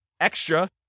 extra